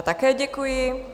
Také děkuji.